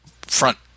front